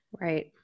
Right